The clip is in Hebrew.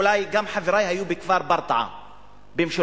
אולי גם חברי היו בכפר ברטעה במשולש.